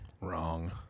wrong